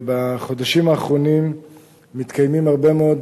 בחודשים האחרונים מתקיימים הרבה מאוד